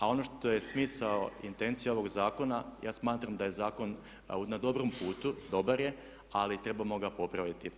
A ono što je smisao i intencija ovog zakona ja smatram da je zakon na dobrom putu, dobar je ali trebamo ga popraviti.